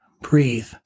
Breathe